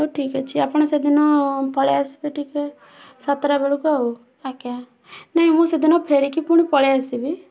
ହଉ ଠିକ୍ ଅଛି ଆପଣ ସେଦିନ ପଳେଇ ଆସିବେ ଟିକେ ସାତଟା ବେଳକୁ ଆଉ ଆଜ୍ଞା ନାଇ ମୁଁ ସେଦିନ ଫେରିକି ପୁଣି ପଳେଇ ଆସିବି